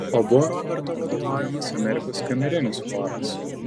o buvo roberto vadovaujamas amerikos kamerinis choras